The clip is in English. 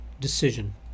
decision